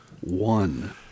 one